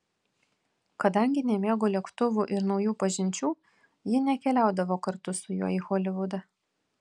kadangi nemėgo lėktuvų ir naujų pažinčių ji nekeliaudavo kartu su juo į holivudą